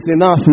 enough